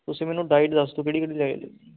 ਤੁਸੀਂ ਮੈਨੂੰ ਡਾਇਟ ਦੱਸ ਦਿਓ ਕਿਹੜੀ ਕਿਹੜੀ ਲੈ